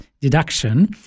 deduction